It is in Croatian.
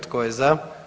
Tko je za?